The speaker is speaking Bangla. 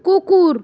কুকুর